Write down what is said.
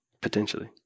Potentially